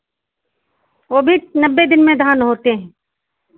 वो भी नब्बे दिन में धान होते हैं